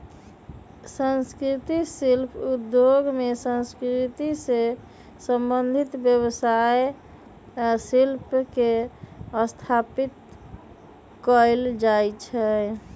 संस्कृतिक शिल्प उद्योग में संस्कृति से संबंधित व्यवसाय आ शिल्प के स्थापित कएल जाइ छइ